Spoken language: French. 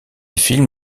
film